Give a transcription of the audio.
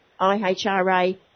IHRA